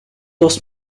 lost